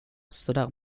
sådär